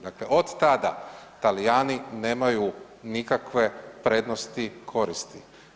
Dakle od tada Talijani nemaju nikakve prednosti koristi.